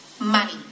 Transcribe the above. Money